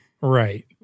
Right